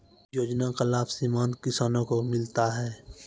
योजना का लाभ सीमांत किसानों को मिलता हैं?